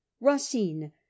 racine